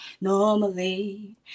normally